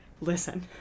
listen